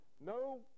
no